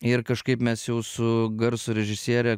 ir kažkaip mes jau su garso režisiere